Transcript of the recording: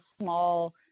small